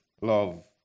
love